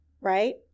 right